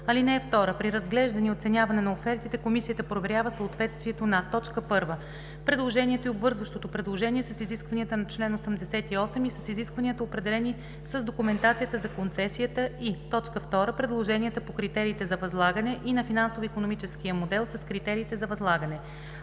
(2) При разглеждане и оценяване на офертите комисията проверява съответствието на: 1. предложението и обвързващото предложение с изискванията на чл. 88 и с изискванията, определени с документацията за концесията, и 2. предложенията по критериите за възлагане и на финансово-икономическия модел с критериите за възлагане.